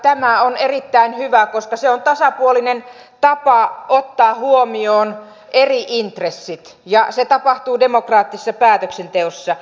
tämä on erittäin hyvä koska se on tasapuolinen tapa ottaa huomioon eri intressit ja se tapahtuu demokraattisessa päätöksenteossa